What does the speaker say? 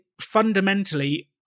fundamentally